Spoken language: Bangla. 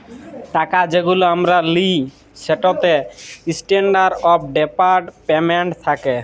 টাকা যেগুলা আমরা লিই সেটতে ইসট্যান্ডারড অফ ডেফার্ড পেমেল্ট থ্যাকে